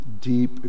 deep